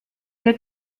der